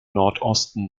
nordosten